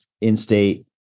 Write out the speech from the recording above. in-state